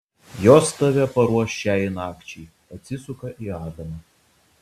jos tave paruoš šiai nakčiai atsisuka į adamą